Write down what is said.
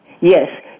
Yes